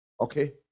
okay